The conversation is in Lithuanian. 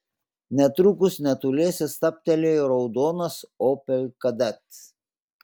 netrukus netoliese stabtelėjo raudonas opel kadett